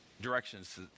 directions